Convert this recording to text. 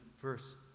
verse